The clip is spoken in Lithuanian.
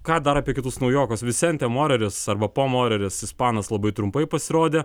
ką dar apie kitus naujokus visente moreris arba po moreris ispanas labai trumpai pasirodė